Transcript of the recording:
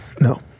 No